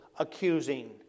accusing